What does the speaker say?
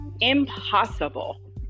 impossible